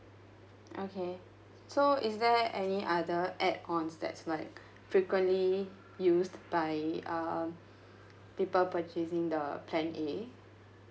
okay so is there any other add ons that's like frequently used by uh people purchasing the plan A